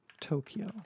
tokyo